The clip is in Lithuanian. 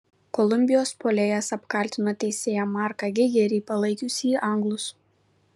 kolumbijos puolėjas apkaltino teisėją marką geigerį palaikiusį anglus